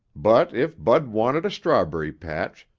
but if bud wanted a strawberry patch,